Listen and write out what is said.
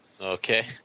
Okay